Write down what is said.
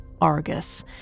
Argus